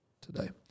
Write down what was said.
today